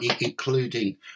including